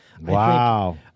Wow